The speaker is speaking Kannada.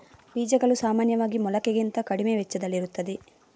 ಬೀಜಗಳು ಸಾಮಾನ್ಯವಾಗಿ ಮೊಳಕೆಗಿಂತ ಕಡಿಮೆ ವೆಚ್ಚದಲ್ಲಿರುತ್ತವೆ